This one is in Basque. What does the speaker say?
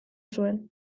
zuen